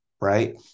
Right